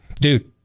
dude